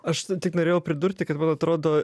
aš tik norėjau pridurti kad man atrodo